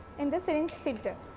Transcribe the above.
in this syringe filter.